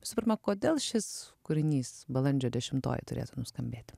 visų pirma kodėl šis kūrinys balandžio dešimtoji turėtų nuskambėti